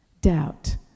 doubt